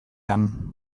den